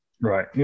Right